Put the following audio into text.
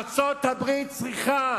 ארצות-הברית צריכה